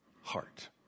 heart